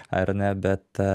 ar ne bet